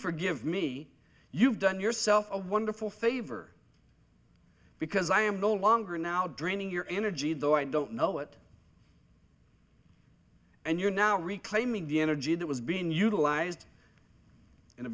forgive me you've done yourself a wonderful favor because i am no longer now draining your energy though i don't know it and you're now reclaiming the energy that was being utilized in a